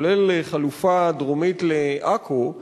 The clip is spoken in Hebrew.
כולל חלופה דרומית לעכו,